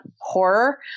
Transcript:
horror